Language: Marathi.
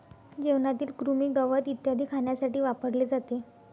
जेवणातील कृमी, गवत इत्यादी खाण्यासाठी वापरले जाते